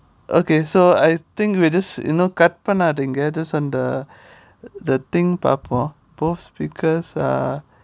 okay so I think we just you know cut பண்ணாதீங்க:pannatheenga just அந்த:antha the thing பார்ப்போம்:paarppom both speakers are